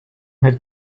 had